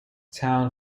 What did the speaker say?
town